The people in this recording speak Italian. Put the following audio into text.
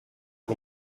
per